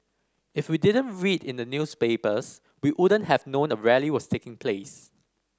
if we didn't read in the newspapers we wouldn't have known a rally was taking place